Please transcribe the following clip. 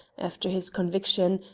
after his conviction,